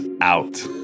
out